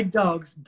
dogs